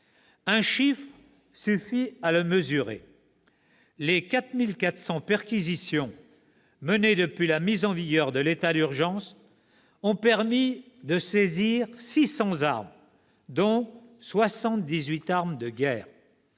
Un chiffre suffit à le mesurer : les 4 400 perquisitions menées depuis la mise en vigueur de l'état d'urgence ont permis de saisir 600 armes, dont 78 armes de guerre.